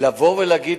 לבוא ולהגיד